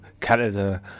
Canada